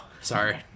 Sorry